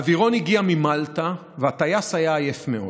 האווירון הגיע ממלטה, והטייס היה עייף מאוד.